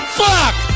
fuck